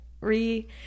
re